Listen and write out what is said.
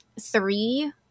three